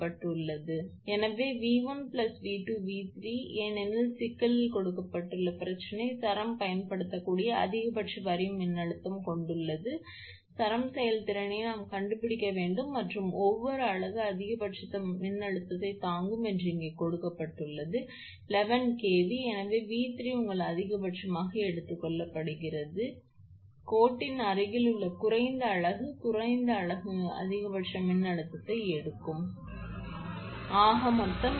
எனவே 𝑉1 𝑉2 𝑉3 ஏனெனில் சிக்கலில் கொடுக்கப்பட்ட பிரச்சனை சரம் பயன்படுத்தக்கூடிய அதிகபட்ச வரி மின்னழுத்தம் கொடுக்கப்பட்டுள்ளது மேலும் சரம் செயல்திறனை நாம் கண்டுபிடிக்க வேண்டும் மற்றும் ஒவ்வொரு அலகு அதிகபட்ச மின்னழுத்தத்தை தாங்கும் என்று இது கொடுக்கப்பட்டுள்ளது 11KV எனவே 𝑉3 உங்கள் அதிகபட்சமாக எடுத்துக் கொள்ளப்படுகிறது ஏனெனில் கோட்டின் அருகில் உள்ள குறைந்த அலகு குறைந்த அலகு அதிகபட்ச மின்னழுத்தத்தை எடுக்கும் அதனால்தான் 𝑉3 உண்மையில் 11 kV ஆக எடுக்கப்படுகிறது